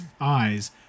eyes